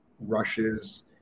rushes